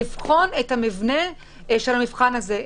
לבחון את המבנה של המבחן הזה,